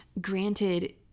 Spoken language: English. granted